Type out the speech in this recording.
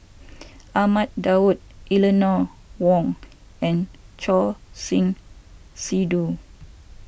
Ahmad Daud Eleanor Wong and Choor Singh Sidhu